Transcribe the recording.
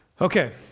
Okay